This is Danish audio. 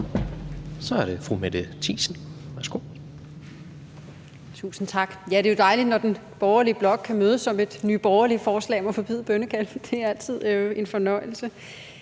Kl. 16:37 Mette Thiesen (NB): Tusind tak. Ja, det er jo dejligt, når den borgerlige blok kan mødes om et Nye Borgerlige-forslag om at forbyde bønnekald. Det er altid en fornøjelse.